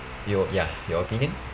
your ya your opinion